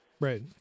Right